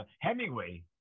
Hemingway